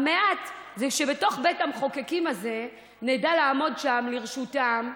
המעט זה שבתוך בית המחוקקים הזה נדע לעמוד שם לרשותם,